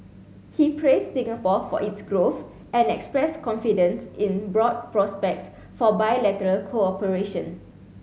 he praised Singapore for its growth and expressed confidence in broad prospects for bilateral cooperation